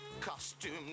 costume